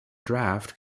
draft